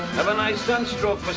have a nice sunstroke,